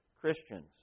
Christians